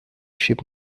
ship